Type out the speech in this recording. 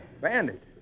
Bandit